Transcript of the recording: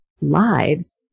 lives